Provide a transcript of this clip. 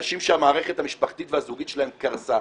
אנשים שהמערכת המשפחתית והזוגית שלהם קרסה,